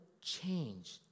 change